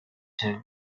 here